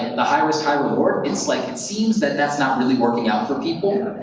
and the high-risk, high-reward, it's like it seems that that's not really working out for people.